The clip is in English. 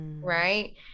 right